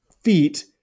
feet